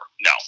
No